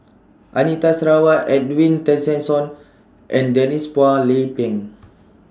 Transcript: Anita Sarawak Edwin Tessensohn and Denise Phua Lay Peng